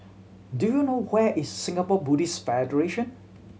do you know where is Singapore Buddhist Federation